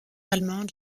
allemande